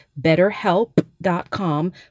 BetterHelp.com